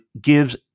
gives